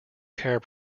care